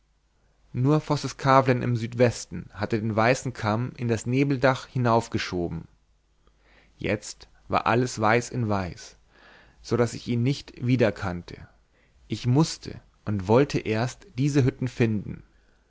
nur vosseskavlen im südwesten hatte den weißen kamm in das nebeldach hinaufgehoben jetzt war alles weiß in weiß so daß ich ihn nicht wiedererkannte ich mußte und wollte erst diese hütten finden